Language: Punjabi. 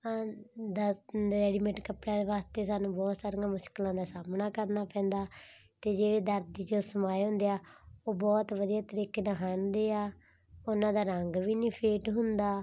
ਦਸ ਰੇਡੀਮੇਟ ਕੱਪੜਿਆਂ ਦੇ ਵਾਸਤੇ ਸਾਨੂੰ ਬਹੁਤ ਸਾਰੀਆਂ ਮੁਸ਼ਕਿਲਾਂ ਦਾ ਸਾਹਮਣਾ ਕਰਨਾ ਪੈਂਦਾ ਅਤੇ ਜੋ ਦਰਜ਼ੀ ਤੋਂ ਸਿਲਾਏ ਹੁੰਦੇ ਆ ਉਹ ਬਹੁਤ ਵਧੀਆ ਤਰੀਕੇ ਨਾਲ ਹੰਢਦੇ ਆ ਉਹਨਾਂ ਦਾ ਰੰਗ ਵੀ ਨਹੀਂ ਫੇਟ ਹੁੰਦਾ